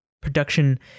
production